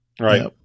Right